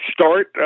start